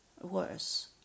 worse